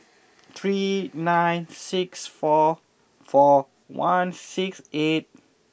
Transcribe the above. three nine six four four one six eight